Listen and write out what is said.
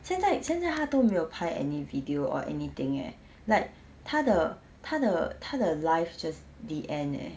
现在现在他都没有拍 any video or anything eh like 他的他的他的 life just the end eh